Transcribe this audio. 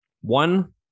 One